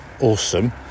Awesome